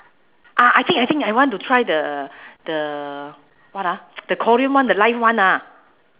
ah I think I think I want to try the the what ah the korean one the live one ah